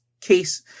case